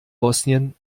bosnien